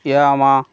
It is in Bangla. য়ামাহা